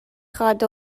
خواد